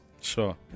Sure